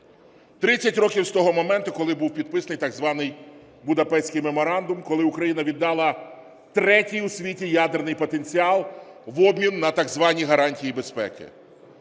30 років з того моменту, коли був підписаний так званий Будапештський меморандум, коли Україна віддала третій у світі ядерний потенціал в обмін на так звані гарантії безпеки.